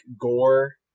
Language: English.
gore